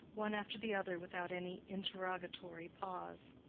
one after the other without any interrogatory pause.